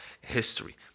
history